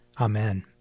Amen